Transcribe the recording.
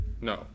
No